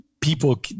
people